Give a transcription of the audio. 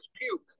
puke